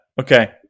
okay